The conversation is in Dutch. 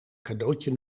cadeautje